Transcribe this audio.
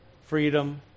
freedom